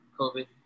COVID